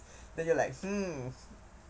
then you're like hmm